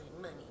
money